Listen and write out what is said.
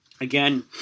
Again